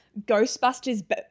Ghostbusters